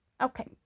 okay